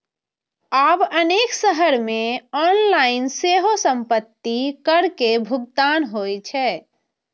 आब अनेक शहर मे ऑनलाइन सेहो संपत्ति कर के भुगतान होइ छै